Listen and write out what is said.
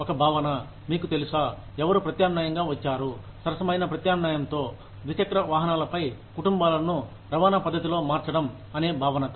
ఒక భావన మీకు తెలుసా ఎవరు ప్రత్యామ్నాయంగా వచ్చారు సరసమైన ప్రత్యామ్న్యాయంతో ద్విచక్ర వాహనాలపై కుటుంబాలను రవాణా పద్ధతిలో మార్చడం అనే భావనతో